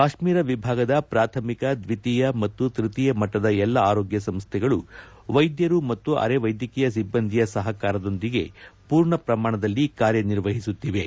ಕಾಶ್ಮೀರ ವಿಭಾಗದ ಪ್ರಾಥಮಿಕ ದ್ವಿಕೀಯ ಮತ್ತು ತ್ಯತೀಯ ಮಟ್ಟದ ಎಲ್ಲ ಆರೋಗ್ಯ ಸಂಸ್ಥೆಗಳು ವೈದ್ಯರು ಮತ್ತು ಅರೆ ವೈದಕ್ಕೀಯ ಸಿಬ್ಬಂದಿಗಳ ಸಹಕಾರದೊಂದಿಗೆ ಪೂರ್ಣ ಪ್ರಮಾಣದಲ್ಲಿ ಕಾರ್ಯನಿರ್ವಹಿಸುತ್ತಿವೆ